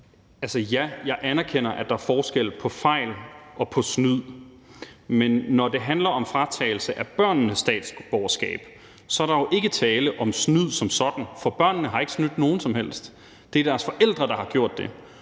Ja, jeg anerkender, at der er forskel på fejl og på snyd, men når det handler om fratagelse af børnenes statsborgerskab, er der ikke tale om snyd som sådan, for børnene har ikke snydt nogen som helst. Det er deres forældre, der har gjort det.